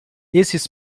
esses